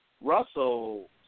Russell